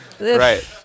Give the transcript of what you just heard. right